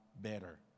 better